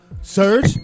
Surge